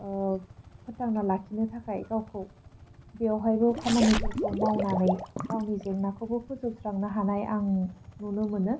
अह फोथांना लाखिनो थाखाय गावखौ बेयावहायबो खामानिफोरखौ मावनानै गावनि जेंनाखौबो फोजोबस्रांनो हानाय आं नुनो मोनो